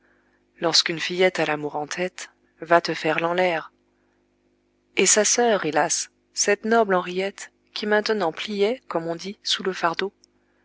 lorsqu'une fillette a l'amour en tête va te faire lanlaire et sa sœur hélas cette noble henriette qui maintenant pliait comme on dit sous le fardeau